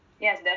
yes